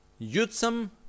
Yutsam